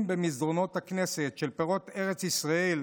במסדרונות הכנסת של פירות ארץ ישראל,